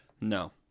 no